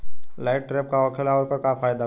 Light trap का होखेला आउर ओकर का फाइदा बा?